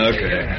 Okay